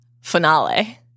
finale